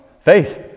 Faith